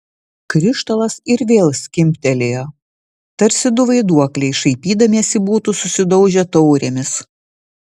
krištolas ir vėl skimbtelėjo tarsi du vaiduokliai šaipydamiesi būtų susidaužę taurėmis